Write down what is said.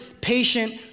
patient